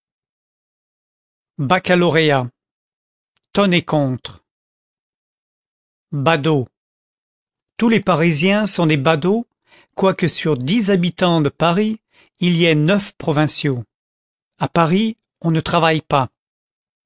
baccalauréat tonner contre badaud tous les parisiens sont des badauds quoique sur dix habitants de paris il y ait neuf provinciaux a paris on ne travaille pas